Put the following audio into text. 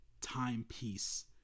timepiece